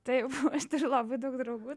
taip aš turiu labai daug draugų